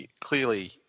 clearly